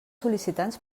sol·licitants